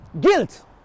guilt